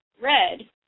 red